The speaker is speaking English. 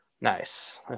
Nice